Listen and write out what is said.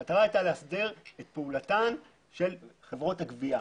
המטרה הייתה לא סדר את פעולתן של חברות הגבייה.